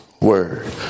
word